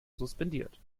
suspendiert